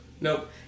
Nope